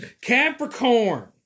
Capricorn